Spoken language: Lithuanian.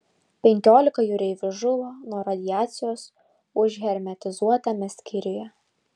penkiolika jūreivių žuvo nuo radiacijos užhermetizuotame skyriuje